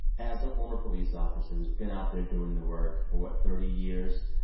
as a former police officer who's been out there doing the work for what? thirty years,